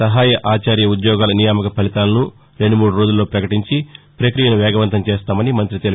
సహాయ ఆచార్య ఉద్యోగాల నియామక ఫలితాలను రెండు మూడు రోజుల్లో ప్రకటించి ప్రక్రియను వేగవంతం చేస్తామని మంత్రి తెలిపారు